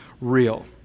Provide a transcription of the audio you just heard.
real